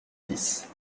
dix